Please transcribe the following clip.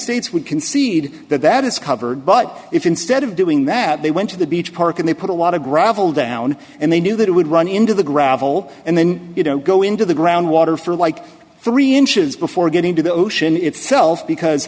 states would concede that that is covered but if instead of doing that they went to the beach park and they put a lot of gravel down and they knew that it would run into the gravel and then you know go into the groundwater for like three inches before getting to the ocean itself because